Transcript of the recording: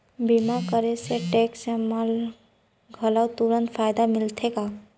बीमा करे से टेक्स मा घलव तुरंत फायदा मिलथे का?